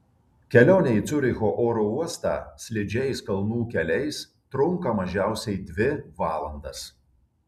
kelionė į ciuricho oro uostą slidžiais kalnų keliais trunka mažiausiai dvi valandas